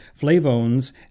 flavones